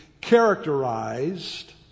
characterized